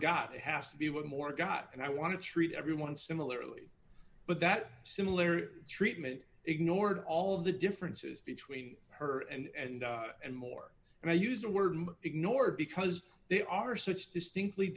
got has to be one more got and i want to treat everyone similarly but that similar treatment ignored all of the differences between her and god and more and i used the word ignored because they are such distinctly